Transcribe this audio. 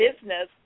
business